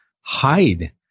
hide